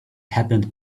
happened